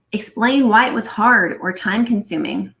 explain why it was hard or time-consuming.